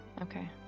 Okay